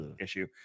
issue